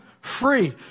free